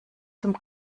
zum